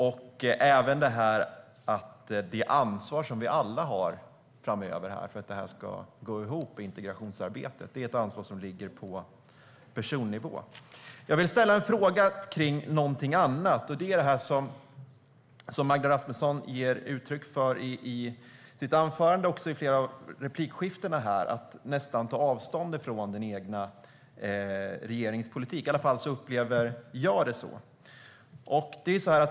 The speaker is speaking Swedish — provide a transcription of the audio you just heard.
Det handlar även om det ansvar som vi alla har framöver för att integrationsarbetet ska gå ihop. Det är ett ansvar som ligger på personnivå. Jag vill ställa en fråga om någonting annat. Det gäller det som Magda Rasmusson ger uttryck för i sitt anförande och även i flera av replikskiftena. Hon tar nästan avstånd från den egna regeringens politik; i alla fall upplever jag det så.